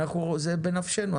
זה בנפשנו,